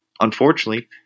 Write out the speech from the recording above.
unfortunately